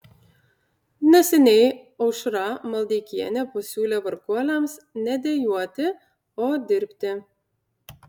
neseniai aušra maldeikienė pasiūlė varguoliams ne dejuoti o dirbti